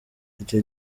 icyo